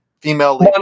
female